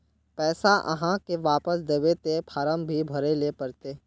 पैसा आहाँ के वापस दबे ते फारम भी भरें ले पड़ते?